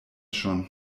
schon